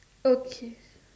okay